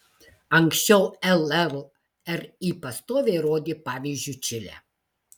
anksčiau llri pastoviai rodė pavyzdžiu čilę